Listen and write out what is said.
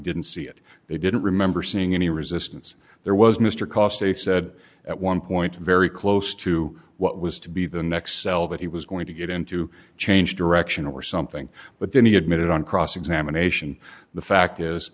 didn't see it they didn't remember seeing any resistance there was mr cost i said at one point very close to what was to be the next cell that he was going to get in to change direction or something but then he admitted on cross examination the fact